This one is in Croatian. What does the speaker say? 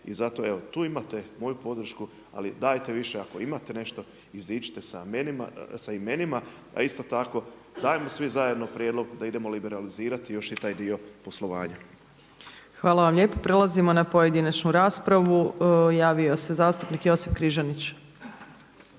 I zato evo, tu imate moju podršku, ali dajte više ako imate nešto iziđite sa imenima. A isto tako, dajmo svi zajedno prijedlog da idemo liberalizirati još i taj dio poslovanja. **Opačić, Milanka (SDP)** Hvala vam lijepa. Prelazimo na pojedinačnu raspravu. Javio se zastupnik Josip Križanić.